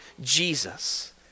Jesus